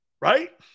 Right